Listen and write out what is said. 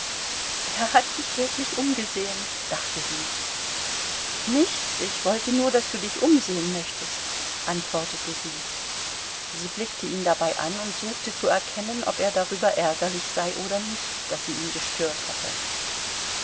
er hat sich wirklich umgesehen dachte sie nichts ich wollte nur daß du dich umsehen möchtest antwortete sie sie blickte ihn dabei an und suchte zu erkennen ob er darüber ärgerlich sei oder nicht daß sie ihn gestört hatte